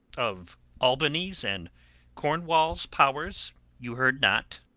of albany's and cornwall's powers you heard not?